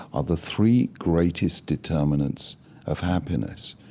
are the three greatest determinants of happiness.